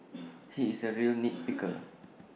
he is A real nit picker